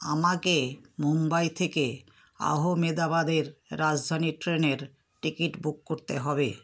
আমাকে মুম্বাই থেকে আহমেদাবাদের রাজধানী ট্রেনের টিকিট বুক করতে হবে